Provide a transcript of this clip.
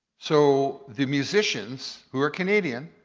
so the musicians, who are canadian,